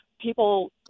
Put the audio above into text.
people